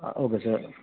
ah okay sir